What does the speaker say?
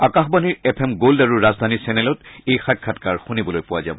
আকাশবাণীৰ F M gold আৰু ৰাজধানী চেনেলত এই সাক্ষাৎকাৰ শুনিবলৈ পোৱা যাব